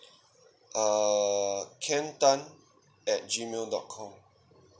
ah ken tan at Gmail dot com